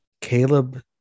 Caleb